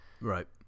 right